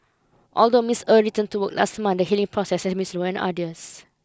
although Miss Er returned to last month the healing process has been slow and arduous